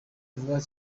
vuba